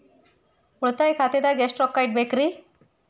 ಉಳಿತಾಯ ಖಾತೆದಾಗ ಎಷ್ಟ ರೊಕ್ಕ ಇಡಬೇಕ್ರಿ?